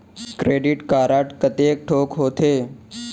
Credit card कतेक ठोक होथे?